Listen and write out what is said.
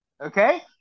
Okay